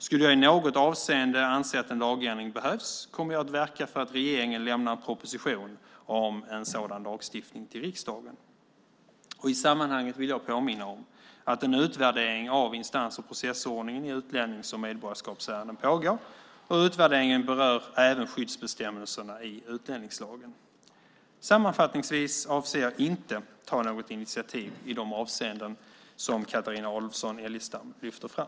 Skulle jag i något avseende anse att en lagändring behövs kommer jag att verka för att regeringen lämnar en proposition om en sådan lagstiftning till riksdagen. I sammanhanget vill jag påminna om att en utvärdering av instans och processordningen i utlännings och medborgarskapsärenden pågår. Utvärderingen berör även skyddsbestämmelserna i utlänningslagen. Sammanfattningsvis avser jag inte att ta något initiativ i de avseenden som Carina Adolfsson Elgestam lyfter fram.